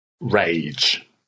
rage